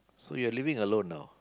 so you're living alone now